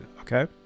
okay